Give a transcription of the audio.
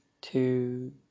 two